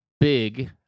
big